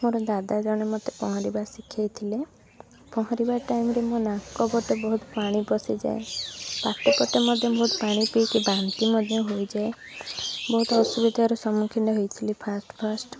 ମୋର ଦାଦା ଜଣେ ମୋତେ ପହଁରିବା ଶିଖାଇଥିଲେ ପହଁରିବା ଟାଇମ୍ରେ ମୋ ନାକପଟେ ବହୁତ ପାଣି ପଶିଯାଏ ପାଟି ପଟେ ମଧ୍ୟ ବହୁତ ପାଣି ପିଇକି ବାନ୍ତି ମଧ୍ୟ ହୋଇଯାଏ ବହୁତ ଅସୁବିଧାର ସମ୍ମୁଖୀନ ହୋଇଥିଲି ଫାର୍ଷ୍ଟ୍ ଫାର୍ଷ୍ଟ୍